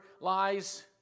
lies